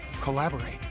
collaborate